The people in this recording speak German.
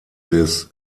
des